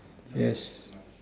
yes